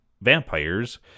vampires